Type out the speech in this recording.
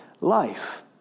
life